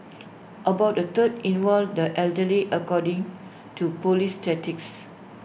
about A third involved the elderly according to Police